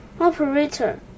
Operator